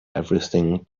everything